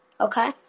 Okay